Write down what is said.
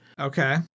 Okay